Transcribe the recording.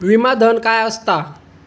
विमा धन काय असता?